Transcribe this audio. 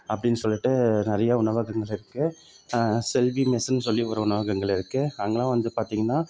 அப்படினு சொல்லிட்டு நிறையா உணவகங்கள் இருக்குது செல்வி மெஸ்னு சொல்லி ஒரு உணவகங்கள் இருக்குது அங்கெல்லாம் வந்து பார்த்திங்கன்னா